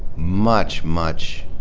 much, much